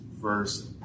first